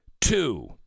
Two